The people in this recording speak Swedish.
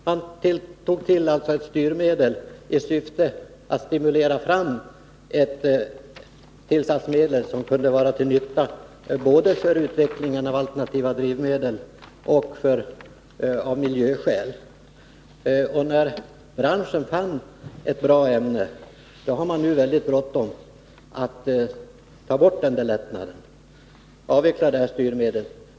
Man tog till ett styrmedel i syfte att stimulera fram ett tillsatsmedel som skulle vara till nytta för utvecklingen av alternativa drivmedel och som hade betydelse i miljöhänseende. När branschen funnit ett bra ämne har man nu från regeringens sida tydligen väldigt bråttom att ta bort denna lättnad och avveckla detta styrmedel.